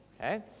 Okay